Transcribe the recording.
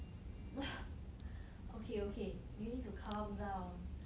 okay okay you need to calm down